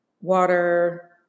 water